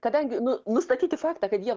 kadangi nu nustatyti faktą kad jie